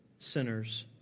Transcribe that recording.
sinners